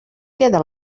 queda